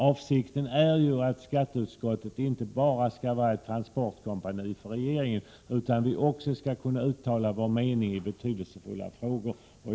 Avsikten är ju att skatteutskottet inte bara skall vara ett transportkompani för regeringen utan också kunna uttala sin mening i betydelsefulla frågor.